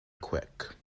quick